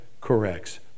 corrects